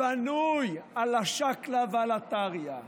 בנוי על השקלא ועל הטריא,